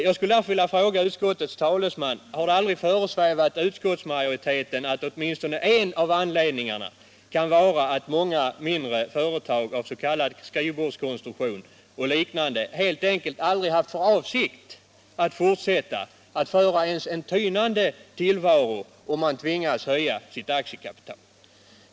Jag skulle därför vilja fråga utskottets talesman om det aldrig föresvävat utskottsmajoriteten att åtminstone en av anledningarna kan vara att många mindre företag, bl.a. sådana av typen skrivbordskonstruktion, helt enkelt aldrig haft för avsikt att fortsätta att föra ens en tynande tillvaro, om de tvingats höja sitt aktiekapital.